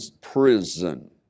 prison